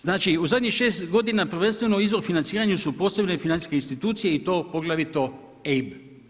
Znači u zadnjih šest godina prvenstveno izvori financiranja su posebne financijske institucije i to poglavito EIB.